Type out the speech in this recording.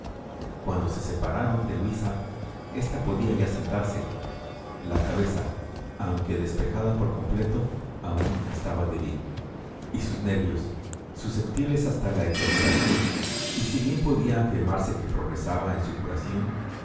cuando se separaron de luisa ésta podía ya sentarse la cabeza aunque despejada por completo aun estaba débil y sus nervios susceptibles hasta la exageración y si bien podía afirmarse que progresaba en su curación